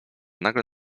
nagle